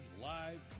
live